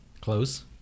Close